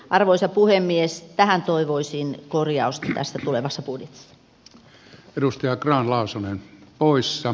arvoisa puhemies tähän toivoisin korjausta tässä tulevassa budjetissa